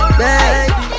baby